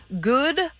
good